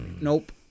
Nope